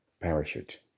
parachute